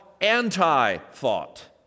anti-thought